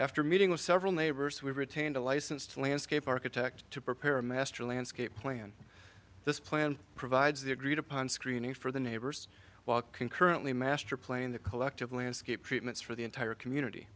after meeting with several neighbors we retained a licensed landscape architect to prepare a master landscape plan this plan provides the agreed upon screening for the neighbors walk concurrently master playing the collective landscape treatments for the entire community